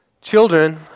Children